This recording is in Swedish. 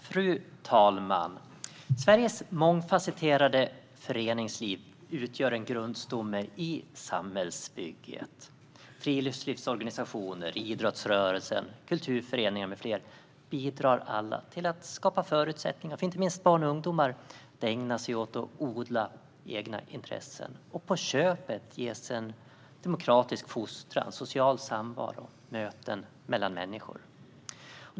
Fru talman! Sveriges mångfasetterade föreningsliv utgör en grundstomme i samhällsbygget. Friluftslivsorganisationer, idrottsrörelsen, kulturföreningar med flera bidrar till att skapa förutsättningar för inte minst barn och ungdomar att ägna sig åt och odla egna intressen. På köpet ges en demokratisk fostran, social samvaro och möten mellan människor.